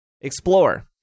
Explore